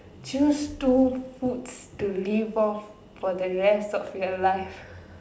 choose two foods to live off for the rest of your life